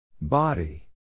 Body